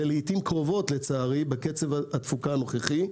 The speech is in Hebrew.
ולעיתים קרובות לצערי בקצב התפוקה הנוכחי.